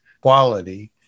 quality